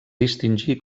distingí